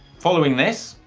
following this,